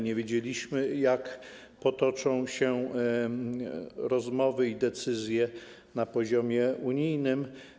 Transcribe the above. Nie wiedzieliśmy, jak potoczą się rozmowy i jakie będą decyzje na poziomie unijnym.